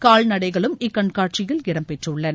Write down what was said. கால்நடைகளும் இக்காண்ட்சியில் இடம்பெற்றுள்ளன